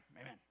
Amen